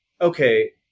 okay